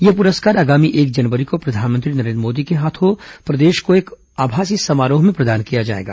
यह पुरस्कार आगामी एक जनवरी को प्रधानमंत्री नरेंद्र मोदी के हाथों प्रदेश को एक आभासी समारोह में प्रदान किया जाएगा